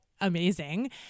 amazing